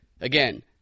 Again